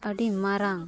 ᱟᱹᱰᱤ ᱢᱟᱨᱟᱝ